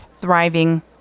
thriving